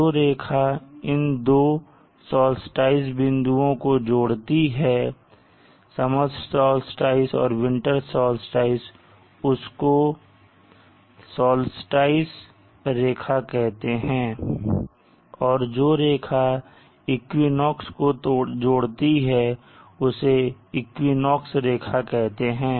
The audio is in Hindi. जो रेखा इन दो solstice बिंदुओं को जोड़ती है समर साल्स्टिस और विंटर साल्स्टिस उसको साल्स्टिस रेखा कहते हैं और जो रेखा दो ईक्वनाक्स को जोड़ती है उसे ईक्वनाक्स रेखा कहते हैं